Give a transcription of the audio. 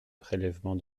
prélèvement